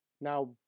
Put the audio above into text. Now